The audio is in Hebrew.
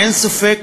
אין ספק